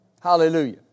Hallelujah